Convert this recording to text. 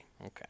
Okay